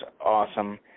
awesome